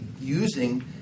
using